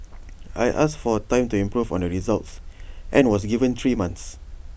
I asked for time to improve on the results and was given three months